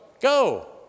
Go